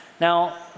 Now